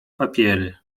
papiery